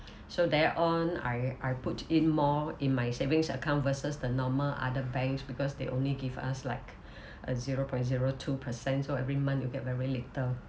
so there on I I put in more in my savings account versus the normal other banks because they only give us like a zero point zero two percent so every month you get very little